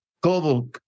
global